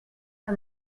que